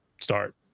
start